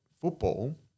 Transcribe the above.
football